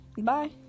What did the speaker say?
bye